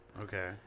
Okay